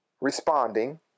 responding